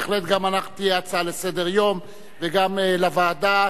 בהחלט גם תהיה הצעה לסדר-היום, וגם לוועדה.